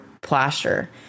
plaster